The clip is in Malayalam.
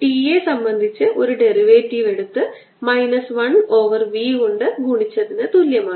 t യെ സംബന്ധിച്ച് ഒരു ഡെറിവേറ്റീവ് എടുത്ത് മൈനസ് 1 ഓവർ v കൊണ്ട് ഗുണിച്ചതിന് തുല്യമാണ്